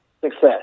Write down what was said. success